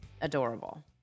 adorable